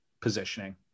positioning